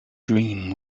dream